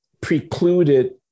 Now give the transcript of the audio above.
precluded